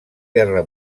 guerra